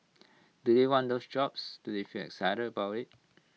do they want those jobs do they feel excited about IT